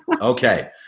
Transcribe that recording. Okay